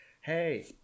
hey